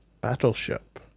battleship